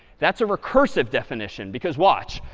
that's a recursive definition, because watch,